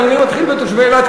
אבל אני מתחיל בתושבי אילת,